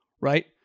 right